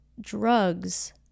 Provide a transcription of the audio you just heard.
drugs